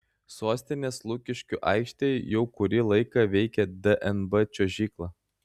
sostinės lukiškių aikštėje jau kurį laiką veikia dnb čiuožykla